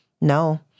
no